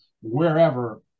wherever